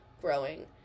growing